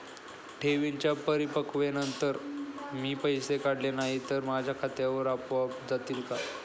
ठेवींच्या परिपक्वतेनंतर मी पैसे काढले नाही तर ते माझ्या खात्यावर आपोआप जातील का?